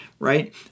Right